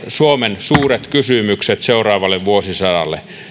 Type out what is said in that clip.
suomen suuret kysymykset seuraavalle vuosisadalle